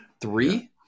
three